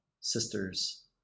sisters